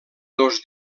dos